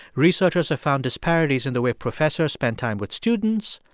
researchers have found disparities in the way professors spend time with students,